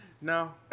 No